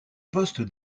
poste